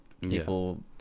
People